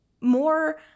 more